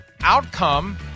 outcome